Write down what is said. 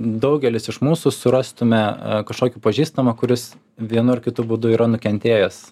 daugelis iš mūsų surastume kažkokį pažįstamą kuris vienu ar kitu būdu yra nukentėjęs